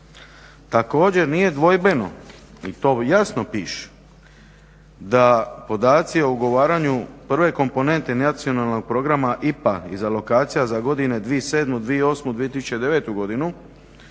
Također nije dvojbeno i to jasno piše da podaci o ugovaranju prve komponente nacionalnog programa IPA i za lokacija za godine 2007., 2008., 2009. godinu,